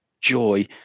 joy